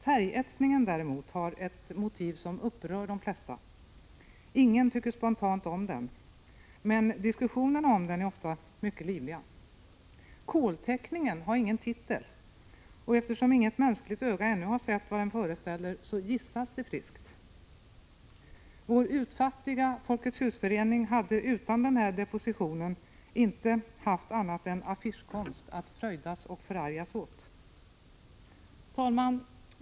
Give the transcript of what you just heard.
Färgetsningen däremot har ett motiv som upprör de flesta —- ingen tycker spontant om den, men diskussionerna om den är ofta mycket livliga. Kolteckningen har ingen titel, och eftersom inget mänskligt öga ännu sett vad den föreställer, så gissas det friskt. Vår utfattiga Folketshusförening hade utan den här depositionen inte haft annat än affischkonst att fröjdas och förargas åt. Herr talman!